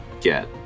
get